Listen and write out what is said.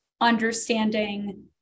understanding